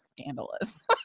scandalous